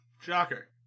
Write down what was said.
Shocker